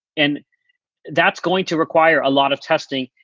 and that's going to require a lot of testing.